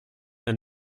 ein